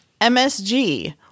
MSG